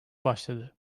başladı